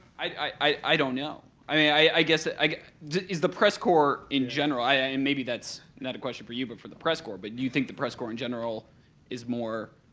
i don't know. i mean, i guess ah is the press corp in general ah and maybe that's not a question for you but for the press corp, but do you think the press corp in general is more,